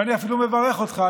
ואני אפילו מברך אותך,